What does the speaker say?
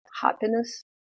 happiness